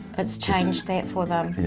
it's changed that for them.